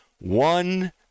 one